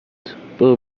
برو